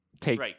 Take